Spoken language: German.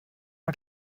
mal